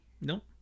Nope